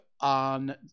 on